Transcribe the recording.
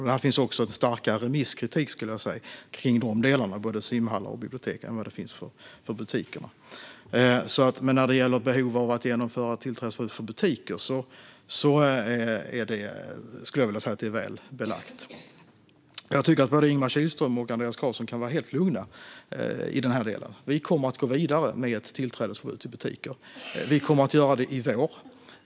Här finns också en starkare remisskritik om de delarna med både simhallar och bibliotek än vad det finns för butikerna. Men när det gäller behov av att genomföra tillträdesförbud för butiker skulle jag vilja säga att det är väl belagt. Både Ingemar Kihlström och Andreas Carlson kan vara helt lugna i den delen. Vi kommer att gå vidare med ett tillträdesförbud till butiker. Vi kommer att göra det i vår.